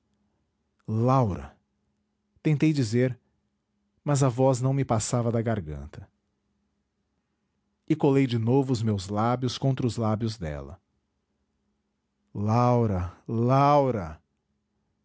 laura tentei dizer mas a voz não me passava da garganta e colei de novo os meus lábios contra os lábios dela laura laura